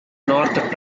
north